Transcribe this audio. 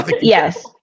Yes